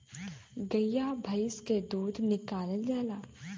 गइया भईस से दूध निकालल जाला